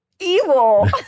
evil